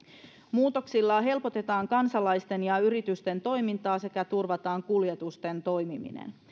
muutoksilla helpotetaan kansalaisten ja yritysten toimintaa sekä turvataan kuljetusten toimiminen